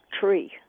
tree